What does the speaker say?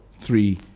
three